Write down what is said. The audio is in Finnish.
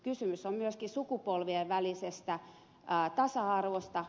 kysymys on myöskin sukupolvien välisestä tasa arvosta